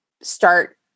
start